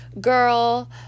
girl